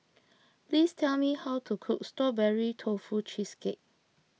please tell me how to cook Strawberry Tofu Cheesecake